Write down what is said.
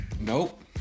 nope